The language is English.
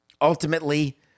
ultimately